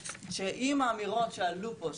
הוא שאם האמירות שעלו פה,